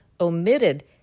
omitted